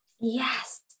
Yes